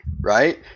right